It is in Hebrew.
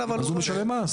אז הוא משלם מס.